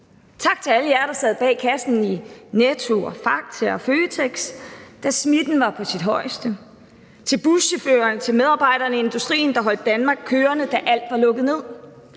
Tak til alle jer, der sad bag kassen i Netto og Fakta og Føtex, da smitten var på sit højeste; til buschaufførerne, til medarbejderne i industrien, der holdt Danmark kørende, da alt var lukket ned;